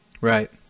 Right